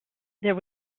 there